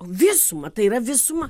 visumą tai yra visuma